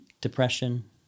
depression